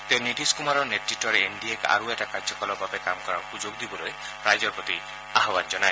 তেওঁ নীতিশ কুমাৰৰ নেতৃত্বৰ এন ডি এক আৰু এটা কাৰ্যকালৰ বাবে কাম কৰাৰ বাবে সুযোগ দিবলৈ ৰাইজৰ প্ৰতি আহান জনায়